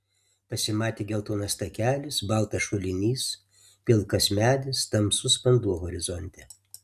pasimatė geltonas takelis baltas šulinys pilkas medis tamsus vanduo horizonte